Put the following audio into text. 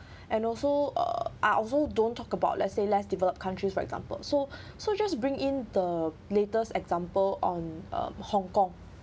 and also uh I also don't talk about let's say less developed countries for example so so just bring in the latest example on um Hong-Kong main Hong-Kong